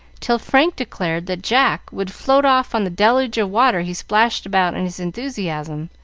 till frank declared that jack would float off on the deluge of water he splashed about in his enthusiasm,